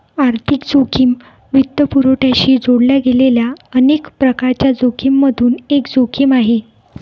आर्थिक जोखिम वित्तपुरवठ्याशी जोडल्या गेलेल्या अनेक प्रकारांच्या जोखिमिमधून एक जोखिम आहे